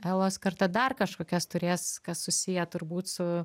elos kartą dar kažkokias turės kas susiję turbūt su